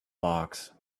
box